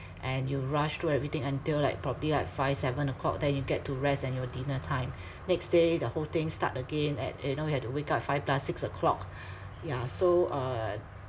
and you rush through everything until like probably like five seven o'clock then you get to rest and your dinner time next day the whole thing start again at you know you have to wake up at five plus six o'clock yeah so uh